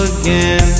again